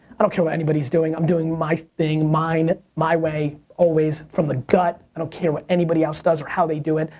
i don't care what anybody's doing. i'm doing my thing, my way, always from the gut. i don't care what anybody else does, or how they do it.